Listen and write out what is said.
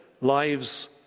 lives